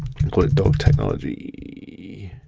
call it dog technology.